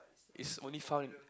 is only found